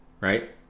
right